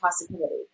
possibility